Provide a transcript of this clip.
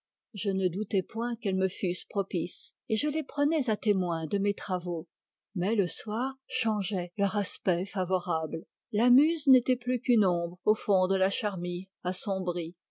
je ne doutais point qu'elles me fussent propices et je les prenais à témoin de mes travaux mais le soir changeait leur aspect favorable la muse é tait plus qu'une ombre au fond de la charmille assombrie